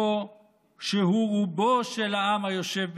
שהוא רובו של העם היושב בציון,